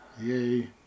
Yay